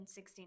16